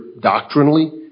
doctrinally